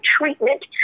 treatment